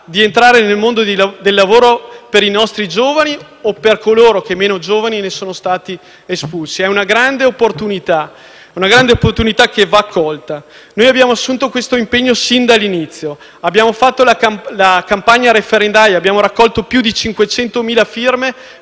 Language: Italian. di entrare nel mondo del lavoro ai nostri giovani o a coloro che, meno giovani, ne sono stati espulsi: è una grande opportunità che va colta. Abbiamo assunto questo impegno sin dall'inizio, abbiamo fatto la campagna referendaria e abbiamo raccolto più di 500.000 firme